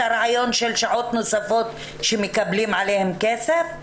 הרעיון של שעות נוספות שמקבלים עליהן כסף?